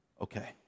okay